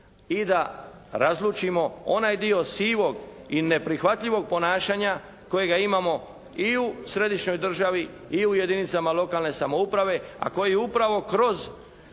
I da razlučimo, onaj dio sivog i neprihvatljivog ponašanja kojega imamo i u središnjoj državi i u jedinicama lokalne samouprave, a koji upravo kroz